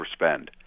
overspend